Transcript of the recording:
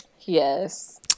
Yes